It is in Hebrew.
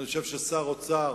אני חושב ששר אוצר